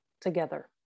together